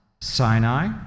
Sinai